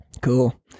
Cool